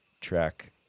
track